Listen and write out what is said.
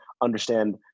understand